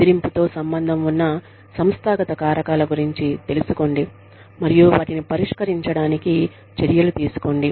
బెదిరింపుతో సంబంధం ఉన్న సంస్థాగత కారకాల గురించి తెలుసుకోండి మరియు వాటిని పరిష్కరించడానికి చర్యలు తీసుకోండి